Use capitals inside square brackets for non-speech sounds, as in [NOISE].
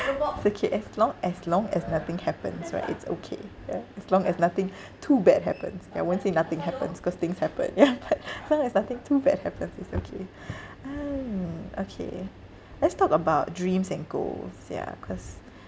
it's okay as long as long as nothing happens right it's okay ya as long as nothing too bad happens ya I won't say nothing happens cause things happen ya [LAUGHS] but as long as nothing too bad happens it's okay um okay let's talk about dreams and goals ya cause